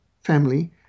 family